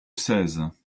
seize